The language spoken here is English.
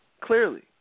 clearly